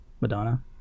Madonna